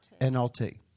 NLT